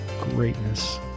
greatness